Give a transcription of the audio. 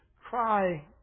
cry